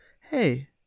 Hey